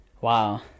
wow